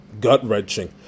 gut-wrenching